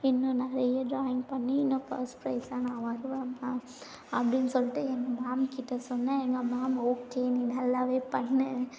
இன்னும் நிறையா ட்ராயிங் பண்ணி நான் ஃபஸ்ட் ப்ரைஸ் நான் வாங்குவேன் மேம் அப்படின்னு சொல்லிட்டு எங்கள் மேம்கிட்ட சொன்னேன் எங்கள் மேம் ஓகே நீ நல்லாவே பண்ணு